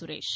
Suresh